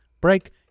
break